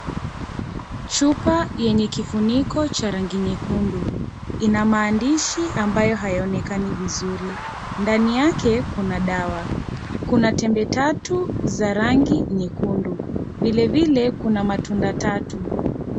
Chupa yenye kifuniko cha rangi nyekundu. Ina maandishi ambayo hayaonekani vizuri. Ndani yake, kuna dawa. Kuna tembe tatu za rangi nyekundu. Vile vile, kujna matunda tatu.